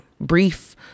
brief